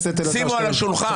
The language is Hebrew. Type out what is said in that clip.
שימו על השולחן.